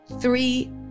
three